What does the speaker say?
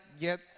get